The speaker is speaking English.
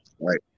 Right